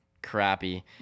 crappy